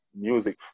music